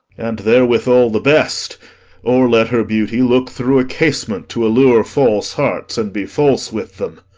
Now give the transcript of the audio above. and therewithal the best or let her beauty look through a casement to allure false hearts, and be false with them.